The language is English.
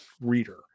reader